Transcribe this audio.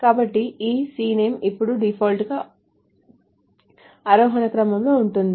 కాబట్టి ఈ cname ఇప్పుడు డిఫాల్ట్గా ఆరోహణ క్రమంలో ఉంటుంది